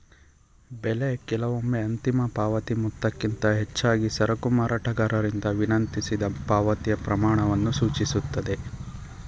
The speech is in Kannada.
ಬೆಲೆ ಕೆಲವೊಮ್ಮೆ ಅಂತಿಮ ಪಾವತಿ ಮೊತ್ತಕ್ಕಿಂತ ಹೆಚ್ಚಾಗಿ ಸರಕು ಮಾರಾಟಗಾರರಿಂದ ವಿನಂತಿಸಿದ ಪಾವತಿಯ ಪ್ರಮಾಣವನ್ನು ಸೂಚಿಸುತ್ತೆ